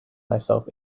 myself